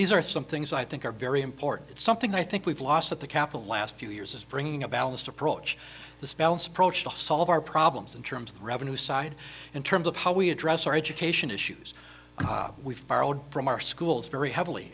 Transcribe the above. these are some things i think are very important it's something i think we've lost that the capitol last few years is bringing a balanced approach the spell's approach to solve our problems in terms of the revenue side in terms of how we address our education issues we've borrowed from our schools very heavily